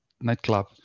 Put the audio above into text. nightclub